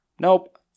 Nope